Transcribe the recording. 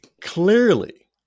clearly